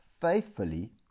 faithfully